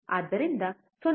ಆದ್ದರಿಂದ 0